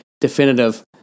definitive